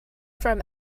from